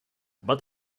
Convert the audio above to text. but